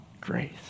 grace